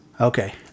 Okay